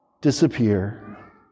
disappear